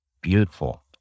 beautiful